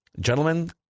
Gentlemen